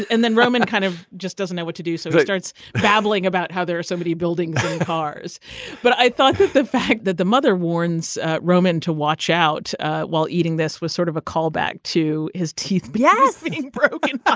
and then roman kind of just doesn't know what to do so they starts babbling about how they're somebody buildings and cars but i thought that the fact that the mother warns roman to watch out while eating this was sort of a callback to his teeth yeah broken.